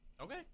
Okay